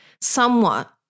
somewhat